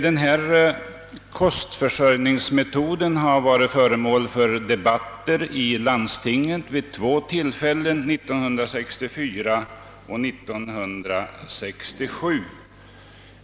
Denna kostförsörjningsmetod har varit föremål för debatter i landstinget vid två tillfällen, 1964 och 1967.